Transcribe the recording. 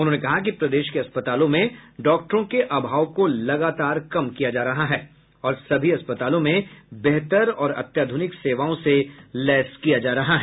उन्होंने कहा कि प्रदेश के अस्पतालों में डॉक्टरों के अभाव को लगातार कम किया जा रहा है और सभी अस्पतालों में बेहतर और अत्याधुनिक सेवाओं से लैस किया जा रहा है